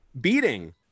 beating